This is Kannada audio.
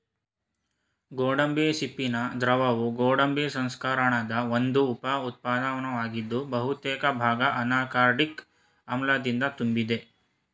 ಗೋಡಂಬಿ ಚಿಪ್ಪಿನ ದ್ರವವು ಗೋಡಂಬಿ ಸಂಸ್ಕರಣದ ಒಂದು ಉಪ ಉತ್ಪನ್ನವಾಗಿದ್ದು ಬಹುತೇಕ ಭಾಗ ಅನಾಕಾರ್ಡಿಕ್ ಆಮ್ಲದಿಂದ ತುಂಬಿದೆ